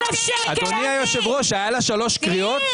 אדוני היושב ראש, היה לה שלוש קריאות.